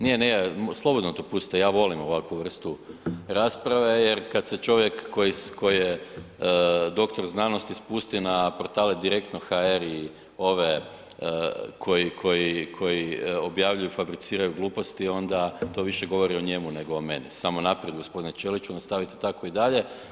Nije, nije, slobodno to pustite, ja volim ovakvu vrstu rasprave jer kad se čovjek koji je doktor znanosti spusti na portale Direktno.hr i ove koji objavljuju i fabriciraju gluposti, onda to više govori o njemu nego o meni, samo naprijed g. Ćelić, nastavite tako i dalje.